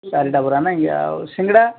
ଚାରିଟା ବରା ନାଇକି ଆଉ ସିଙ୍ଗଡ଼ା